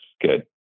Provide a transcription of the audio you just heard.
good